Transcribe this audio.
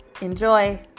Enjoy